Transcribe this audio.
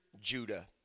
Judah